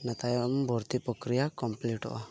ᱤᱱᱟᱹᱛᱟᱭᱚᱢ ᱵᱷᱚᱨᱛᱤ ᱯᱚᱠᱨᱤᱭᱟ ᱠᱚᱢᱯᱤᱞᱤᱴᱚᱜᱼᱟ